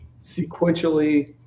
sequentially